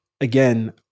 again